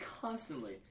constantly